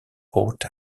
port